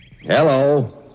Hello